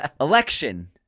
Election